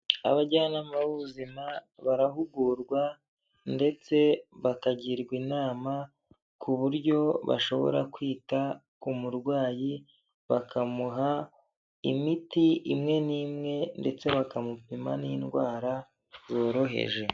Abajyanama b'ubuzima barahugurwa ndetse bakagirwa inama ku buryo bashobora kwita ku murwayi bakamuha imiti imwe n'imwe ndetse bakamupima n'indwara zoroheje.